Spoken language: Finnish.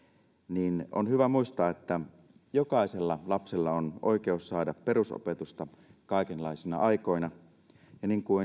niin on hyvä muistaa että jokaisella lapsella on oikeus saada perusopetusta kaikenlaisina aikoina ja niin kuin